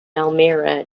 elmira